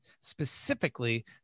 specifically